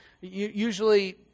usually